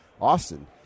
Austin